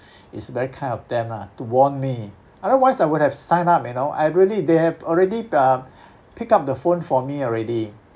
it's very kind of them ah to warn me otherwise I would have sign up you know I really they have already uh picked up the phone for me already